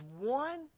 one